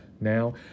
now